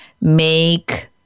make